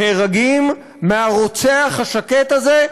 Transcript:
נהרגים מהרוצח השקט הזה,